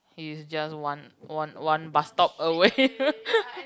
is just one one one bus stop away